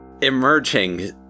emerging